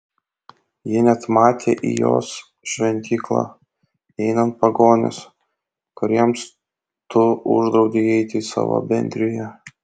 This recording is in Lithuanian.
ji net matė į jos šventyklą įeinant pagonis kuriems tu uždraudei įeiti į savo bendriją